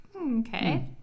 Okay